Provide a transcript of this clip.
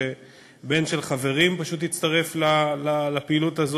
שבן של חברים פשוט הצטרף לפעילות הזאת,